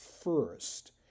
first